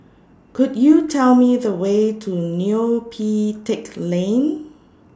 Could YOU Tell Me The Way to Neo Pee Teck Lane